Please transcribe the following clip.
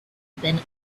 been